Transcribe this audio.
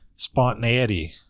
spontaneity